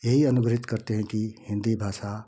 यही अनुग्रहित करते हैं कि हिन्दी भाषा